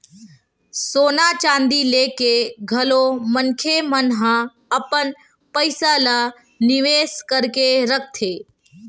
सोना चांदी लेके घलो मनखे मन ह अपन पइसा ल निवेस करके रखथे